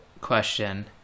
question